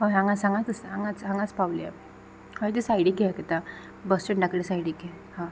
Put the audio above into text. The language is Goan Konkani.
हय हांगास हांगाच हांगाच हांगाच पावली आमी हेथंय सायडीक घे दाखयतां बस स्टेंडा कडेन सायडीक घे हय